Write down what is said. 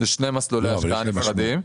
אלה שני מסלולי השקעה נפרדים.